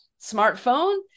smartphone